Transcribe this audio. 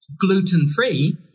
gluten-free